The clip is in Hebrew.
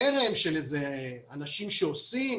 חרם של אנשים שעושים